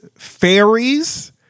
fairies